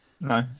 No